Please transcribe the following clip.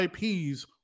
IPs